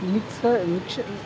mix mix